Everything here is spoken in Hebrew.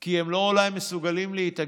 כי הם לא מסוגלים להתאגד,